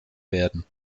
werden